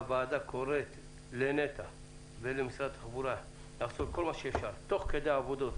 הוועדה קוראת לנת"ע ולמשרד התחבורה לעשות כל מה שאפשר תוך כדי עבודות,